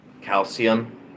calcium